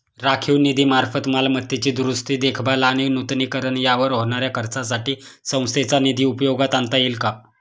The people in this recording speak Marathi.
राखीव निधीमार्फत मालमत्तेची दुरुस्ती, देखभाल आणि नूतनीकरण यावर होणाऱ्या खर्चासाठी संस्थेचा निधी उपयोगात आणता येईल का?